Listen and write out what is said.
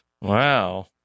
Wow